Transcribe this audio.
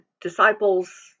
disciples